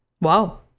wow